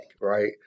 right